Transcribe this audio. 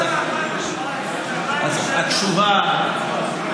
דווקא לא הייתי חבר ליכוד, חבר הכנסת לפיד.